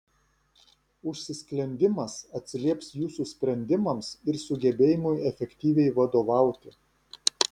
užsisklendimas atsilieps jūsų sprendimams ir sugebėjimui efektyviai vadovauti